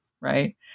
right